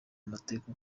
amateka